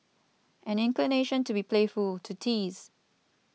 an inclination to be playful to tease